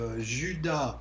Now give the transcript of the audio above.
Judas